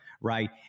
Right